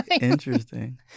Interesting